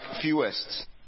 fewest